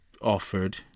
offered